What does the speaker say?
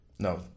No